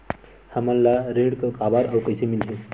हमला ऋण काबर अउ कइसे मिलही?